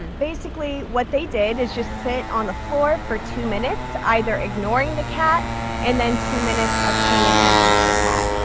basically, what they did is just sit on the floor for two minutes either ignoring the cat and then two minutes of paying attention to the cat.